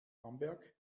bamberg